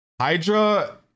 Hydra